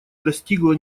достигла